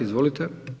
Izvolite.